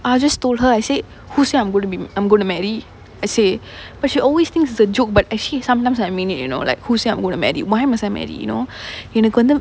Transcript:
I just told her I said who sais I'm going to b~ I'm going to marry I say but she always thinks it's a joke but actually sometimes I mean it you know like who say I'm going to marry why must I marry you know எனக்கு வந்து:enakku vanthu